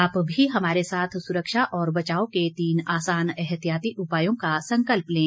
आप भी हमारे साथ सुरक्षा और बचाव के तीन आसान एहतियाती उपायों का संकल्प लें